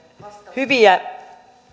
hyviä